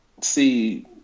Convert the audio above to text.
See